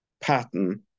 pattern